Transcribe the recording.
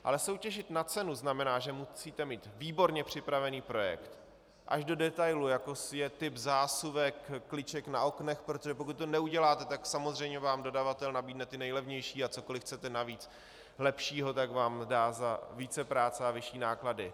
Ale soutěžit na cenu znamená, že musíte mít výborně připravený projekt až do detailů, jako je typ zásuvek, kliček na oknech, protože pokud to neuděláte, tak samozřejmě vám dodavatel nabídne ty nejlevnější, a cokoli chcete navíc lepšího, tak vám dá za vícepráce a vyšší náklady.